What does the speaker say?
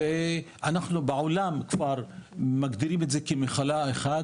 אנחנו בעולם כבר מגדירים את זה כמחלה אחת